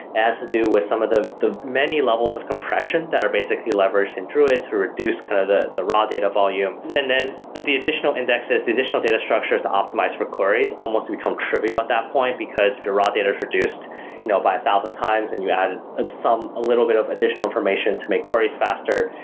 has to do with some of the the many levels of compression that are basically leveraged in druid to reduce kind of the the raw data volume. then then the additional indexes, the additional data structures to optimize for queries almost become trivial at that point, because if your raw data is reduced you know by a thousand times and you add ah some, a little bit of additional information to make queries faster,